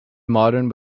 modern